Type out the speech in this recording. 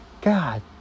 god